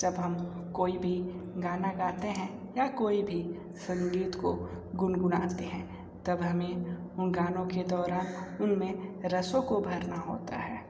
जब हम कोई भी गाना गाते हैं या कोई भी संगीत को गुनगुनाते हैं तब हमें उन गानों के दौरान उनमें रसों को भरना होता है